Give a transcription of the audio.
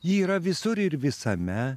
ji yra visur ir visame